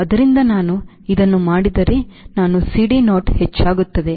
ಆದ್ದರಿಂದ ನಾನು ಇದನ್ನು ಮಾಡಿದರೆ ನಾನು CDo ಹೆಚ್ಚಾಗುತ್ತದೆ